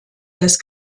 des